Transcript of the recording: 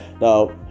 Now